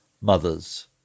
mothers